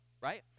right